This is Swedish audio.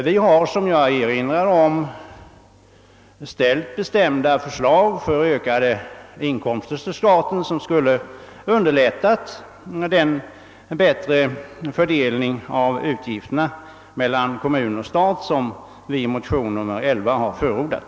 Vi har, som jag erinrade om, framlagt bestämda förslag till ökade inkomster för staten som skulle ha underlättat den bättre fördelning av utgifterna mellan kommun och stat som vi i motion nr 11 har förordat.